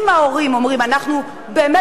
אם ההורים אומרים: אנחנו באמת,